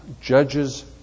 judges